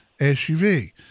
SUV